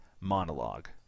monologue